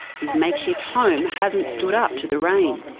his make-shift home hasn't stood up to the rain.